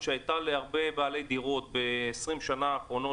שהייתה להרבה בעלי דירות ב-20 שנה האחרונות,